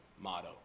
motto